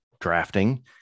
drafting